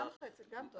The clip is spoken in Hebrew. חצי זה גם טוב.